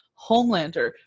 Homelander